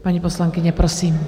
Paní poslankyně, prosím.